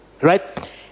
Right